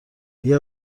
اگر